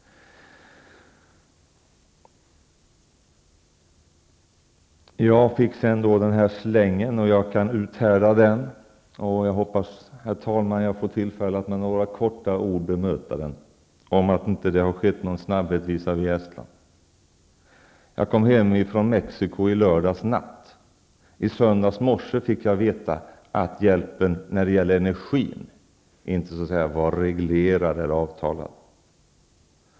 Jag fick den här slängen, och jag kan uthärda den jag hoppas, herr talman, att jag får tillfälle att med några få ord bemöta den -- om att det inte har varit någon snabbhet visavi Estland. Jag kom hem från Mexico i lördags natt. I söndags morse fick jag veta att hjälpen när det gäller energin inte var reglerad eller avtalad.